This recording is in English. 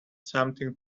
something